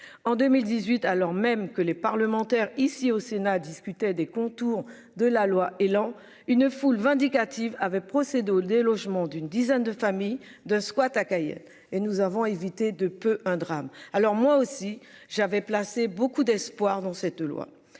en 2018, alors même que les parlementaires ici au Sénat discuté des contours de la loi Elan une foule vindicative avait procédé des logements d'une dizaine de familles de squat à Cayenne et nous avons évité de peu un drame alors moi aussi j'avais placé beaucoup d'espoirs dans cette loi.